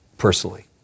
personally